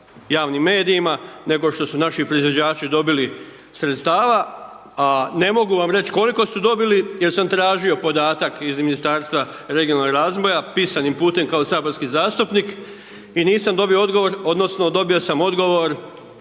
javnim medijima nego što su naši proizvođači dobili sredstava a ne mogu vam reći koliko su dobili jer sam tražio podatak iz Ministarstva regionalnog razvoja pisanim putem kao saborski zastupnik i nisam odgovor odnosno dobio sam odgovor